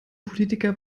politiker